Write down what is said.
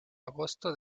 agosto